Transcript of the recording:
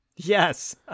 Yes